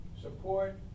support